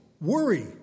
Worry